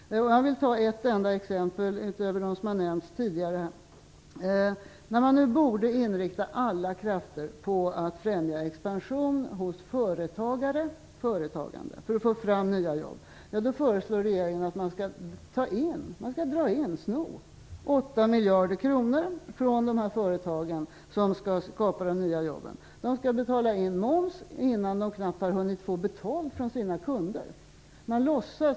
Låt mig anföra ett enda exempel utöver dem som har nämnts tidigare. När man nu borde inrikta alla krafter på att främja expansion hos företagare och företagande för att få fram nya jobb, föreslår regeringen att man skall dra in 8 miljarder från de företag som skall skapa de nya jobben. De skall betala in moms nästan innan de har hunnit få betalt från sina kunder.